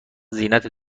زینت